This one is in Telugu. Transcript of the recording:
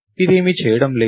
ఇదేమీ చేయడం లేదు